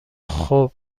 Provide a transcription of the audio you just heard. خوب